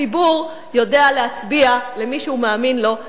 הציבור יודע להצביע למי שהוא מאמין לו,